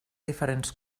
diferents